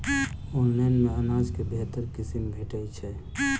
Online मे अनाज केँ बेहतर किसिम भेटय छै?